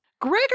Gregor